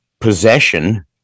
possession